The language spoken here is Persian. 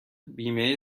بیمه